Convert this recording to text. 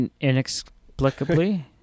Inexplicably